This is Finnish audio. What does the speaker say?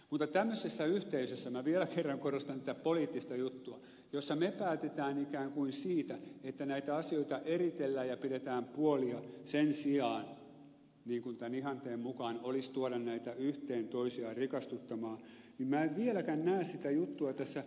mutta tämmöisessä yhteisössä minä vielä kerran korostan tätä poliittista juttua jossa me päätämme ikään kuin siitä että näitä asioita eritellään ja pidetään puolia sen sijaan että niin kuin tämän ihanteen mukaan tuotaisiin näitä yhteen toisiaan rikastuttamaan niin minä en vieläkään näe sitä juttua tässä suomalaisessa yhteisössä